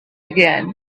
again